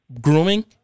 Grooming